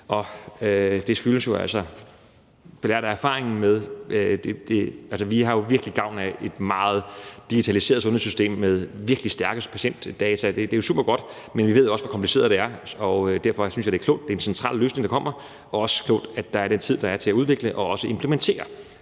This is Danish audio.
først træde i kraft den 1. marts 2024. Og vi har jo virkelig gavn af et meget digitaliseret sundhedssystem med et virkelig stærkt grundlag for patientdata – det er supergodt – men vi ved jo også, hvor kompliceret det er, og derfor synes jeg, det er klogt, at det er en central løsning, der kommer, og det er også klogt, at der er den tid, der er, til at udvikle og også implementere